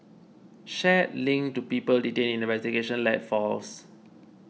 shares linked to people detained in the investigation led falls